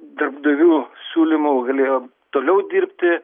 darbdavių siūlymu galėjo toliau dirbti